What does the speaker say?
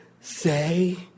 say